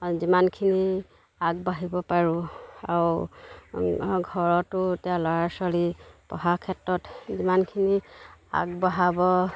যিমানখিনি আগবাঢ়িব পাৰোঁ আৰু ঘৰতো এতিয়া ল'ৰা ছোৱালী পঢ়া ক্ষেত্ৰত যিমানখিনি আগবঢ়াব